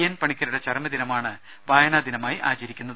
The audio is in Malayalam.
എൻ പണിക്കരുടെ ചരമദിനമാണ് വായനാദിനമായി ആചരിക്കുന്നത്